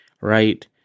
right